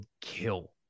kill